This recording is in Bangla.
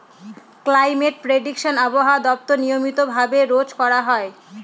ক্লাইমেট প্রেডিকশন আবহাওয়া দপ্তর নিয়মিত ভাবে রোজ করা হয়